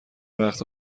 وقت